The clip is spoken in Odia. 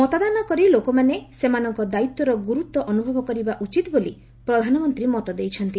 ମତଦାନ କରି ଲୋକମାନେ ସେମାନଙ୍କ ଦାୟିତ୍ୱର ଗୁରୁତ୍ୱ ଅନୁଭବ କରିବା ଉଚିତ୍ ବୋଲି ପ୍ରଧାନମନ୍ତ୍ରୀ ମତ ଦେଇଛନ୍ତି